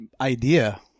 idea